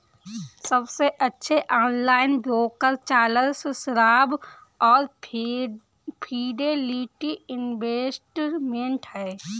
सबसे अच्छे online broker Charles Schwab और फिडेलिटी इन्वेस्टमेंट हैं